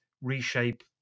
reshape